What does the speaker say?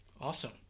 Awesome